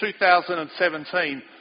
2017